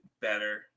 better